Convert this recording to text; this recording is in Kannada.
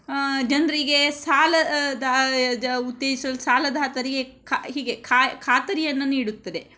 ಆ ಜನರಿಗೆ ಸಾಲ ದ ದ ಉತ್ತೇಜಿಸಲು ಸಾಲದಾತರಿಗೆ ಖ ಹೀಗೆ ಖಾತರಿಯನ್ನ ನೀಡುತ್ತದೆ